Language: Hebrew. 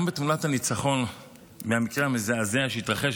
גם בתמונת הניצחון מהמקרה המזעזע שהתרחש